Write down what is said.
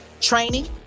training